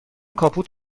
کاپوت